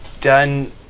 done